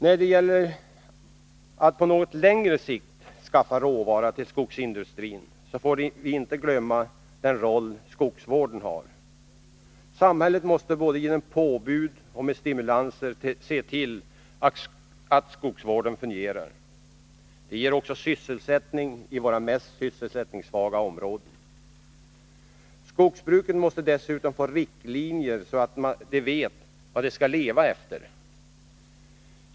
När det gäller att på något längre sikt skaffa råvara till skogsindustrin får vi inte glömma den roll skogsvården har. Samhället måste både genom påbud och med stimulanser se till att skogsvården fungerar. Det ger också sysselsättning i våra mest sysselsättningssvaga områden. Skogsbruket måste dessutom få riktlinjer så att det vet vad det skall leva efter.